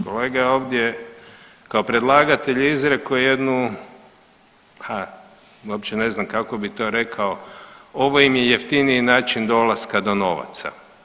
Kolega je ovdje kao predlagatelj izrekao jednu, a uopće ne znam kako bi to rekao ovo im je jeftiniji način dolaska do novaca.